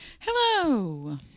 Hello